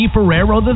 Ferrero